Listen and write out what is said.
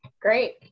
Great